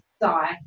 die